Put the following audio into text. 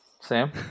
Sam